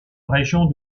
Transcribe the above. région